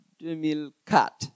2004